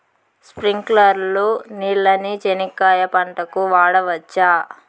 స్ప్రింక్లర్లు నీళ్ళని చెనక్కాయ పంట కు వాడవచ్చా?